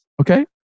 Okay